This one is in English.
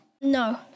No